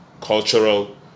cultural